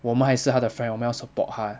我们还是他的 friend 我们要 support 他